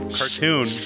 cartoon